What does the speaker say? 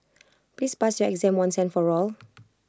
please pass your exam once and for all